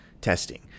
testing